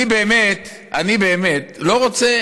אני באמת לא רוצה